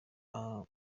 undi